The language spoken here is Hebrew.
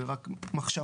זה רק מחשבה,